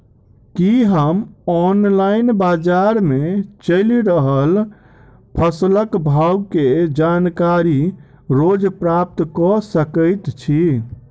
की हम ऑनलाइन, बजार मे चलि रहल फसलक भाव केँ जानकारी रोज प्राप्त कऽ सकैत छी?